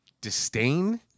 disdain